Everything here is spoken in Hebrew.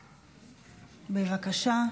בבקשה.